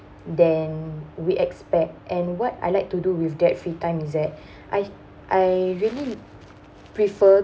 then we expect and what I like to do with that free time is that I I really prefer